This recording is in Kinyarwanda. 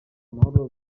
amahoro